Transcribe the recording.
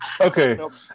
Okay